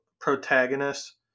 protagonist